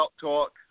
talk